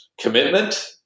commitment